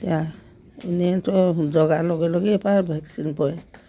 এতিয়া এনেইতো জগাৰ লগে লগেই এবাৰ ভেকচিন পৰে